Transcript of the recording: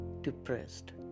depressed